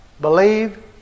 Believe